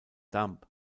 dumb